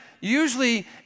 usually